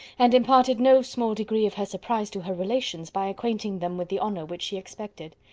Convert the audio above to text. and imparted no small degree of her surprise to her relations by acquainting them with the honour which she expected.